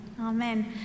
Amen